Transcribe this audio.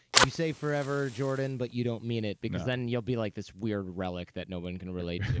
you say forever, jordan, but you don't mean it because then you'll be like this weird relic that no one can relate